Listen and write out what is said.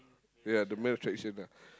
yeah the main attraction ah